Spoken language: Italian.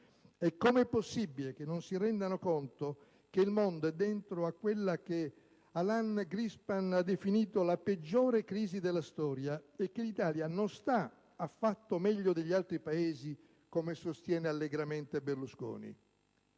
Come è possibile che non si rendano conto che il mondo è dentro quella che Alan Greenspan ha definito la peggiore crisi della storia e che l'Italia non sta affatto meglio degli altri Paesi, come sostiene allegramente Berlusconi?